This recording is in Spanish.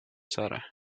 zara